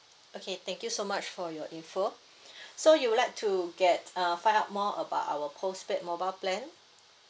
okay thank you so much for your info so you would like to get uh find out more about our postpaid mobile plan